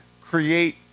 create